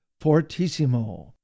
fortissimo